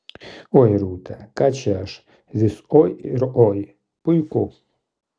oi rūta ką čia aš vis oi ir oi puiku